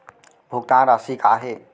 भुगतान राशि का हे?